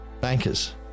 bankers